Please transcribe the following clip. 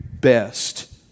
best